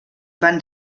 van